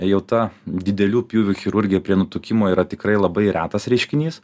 jau ta didelių pjūvių chirurgija prie nutukimo yra tikrai labai retas reiškinys